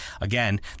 Again